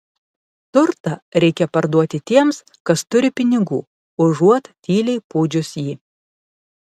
turtą reikia parduoti tiems kas turi pinigų užuot tyliai pūdžius jį